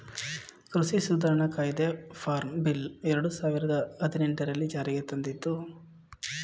ಕೃಷಿ ಸುಧಾರಣಾ ಕಾಯ್ದೆ ಫಾರ್ಮ್ ಬಿಲ್ ಎರಡು ಸಾವಿರದ ಹದಿನೆಟನೆರಲ್ಲಿ ಜಾರಿಗೆ ತಂದಿದ್ದು